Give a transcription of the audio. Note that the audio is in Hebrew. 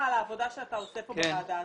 על העבודה שאתה עושה כאן בוועדה הזאת.